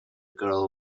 girl